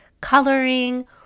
coloring